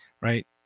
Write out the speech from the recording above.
right